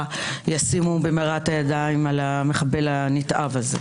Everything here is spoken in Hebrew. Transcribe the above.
ישימו במהרה את הידיים על המחבל הנתעב הזה.